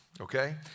okay